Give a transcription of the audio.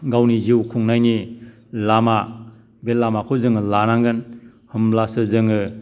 गावनि जिउ खुंनायनि लामा बे लामाखौ जोङो लानांगोन होमब्लासो जोङो